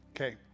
Okay